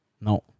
No